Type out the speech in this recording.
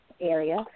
area